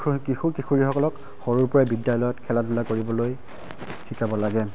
কিশোৰ কিশোৰীসকলক সৰুৰ পৰাই বিদ্যালয়ত খেলা ধূলা কৰিবলৈ শিকাব লাগে